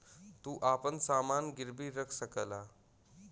तू आपन समान गिर्वी रख सकला